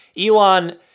Elon